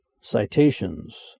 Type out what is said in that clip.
Citations